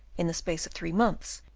in the space of three months,